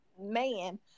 man